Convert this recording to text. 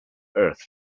earth